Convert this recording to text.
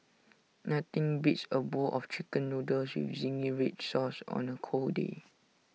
nothing beats A bowl of Chicken Noodles with Zingy Red Sauce on A cold day